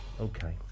Okay